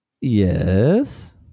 Yes